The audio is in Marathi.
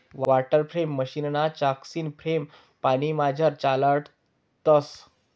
वाटरफ्रेम मशीनना चाकसनी फ्रेम पानीमझार चालाडतंस